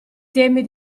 temi